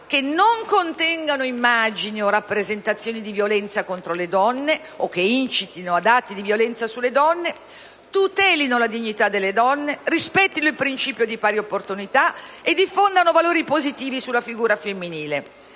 che non contengano immagini o rappresentazioni di violenza contro le donne o che incitino ad atti di violenza sulle donne; tutelino la dignità delle donne, rispettando il principio di pari opportunità e diffondendo valori positivi sulla figura femminile;